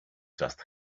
just